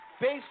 based